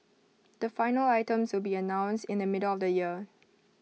the final items will be announced in the middle of the year